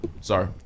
sorry